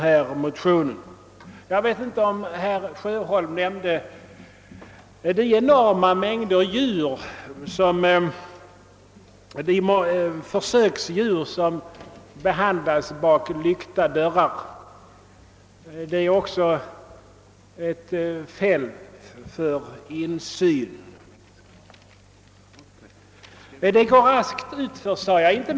Jag minns inte om herr Sjöholm talade om de enorma mängder försöksdjur som behandlas bakom Ilyckta dörrar. Detta är också ett fält där det behövs tillsyn. Jag sade att det går raskt utför med utvecklingen.